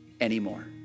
anymore